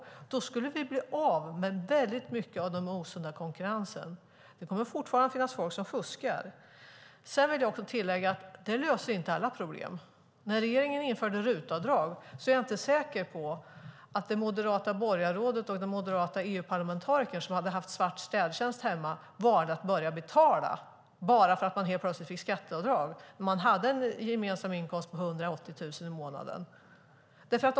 Om man gjorde det skulle vi bli av med väldigt mycket av den osunda konkurrensen, men det kommer fortfarande att finnas de som fuskar. Jag vill tillägga att det inte löser alla problem. Jag är inte säker att det moderata borgarråd och den moderata EU-parlamentariker som hade haft svart städhjälp hemma valde att börja betala skatt när regeringen införde RUT-avdrag, bara för att man helt plötsligt fick göra skatteavdrag om man hade en gemensam inkomst på 180 000 kronor i månaden.